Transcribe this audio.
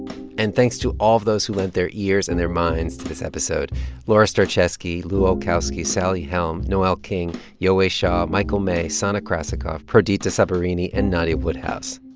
and thanks to all of those who lent their ears and their minds to this episode laura starecheski, lu olkowski, sally helm, noel king, yowei shaw, michael may, sana krasikov, prodita sabarini and nadia woodhouse.